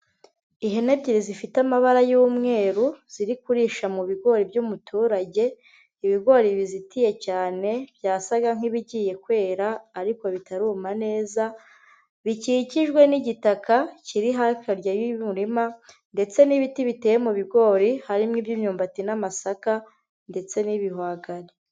Ihene ebyiri zifite amabara y'umweru, ziri kurisha mu bigori by'umuturage, ibigori bizitiye cyane byasaga nk'ibigiye kwera ariko bitaruma neza, bikikijwe n'igitaka kiri hakurya y'umurima, ndetse n'ibiti biteye mu bigori harimo imyumbati n'amasaka ndetse n'ibihwagari.